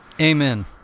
Amen